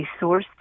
sourced